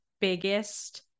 biggest